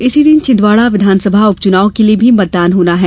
इसी दिन छिंदवाड़ा विधानसभा उपचुनाव के लिए भी मतदान होना है